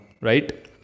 right